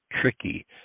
tricky